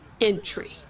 Entry